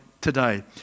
today